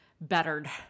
bettered